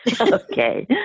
Okay